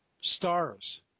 stars